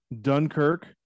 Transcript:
Dunkirk